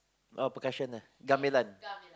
oh percussion ah gamelan